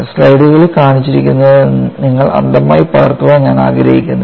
സ്ലൈഡുകളിൽ കാണിച്ചിരിക്കുന്നതിൽ നിന്ന് നിങ്ങൾ അന്ധമായി പകർത്താൻ ഞാൻ ആഗ്രഹിക്കുന്നില്ല